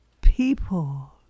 people